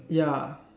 ya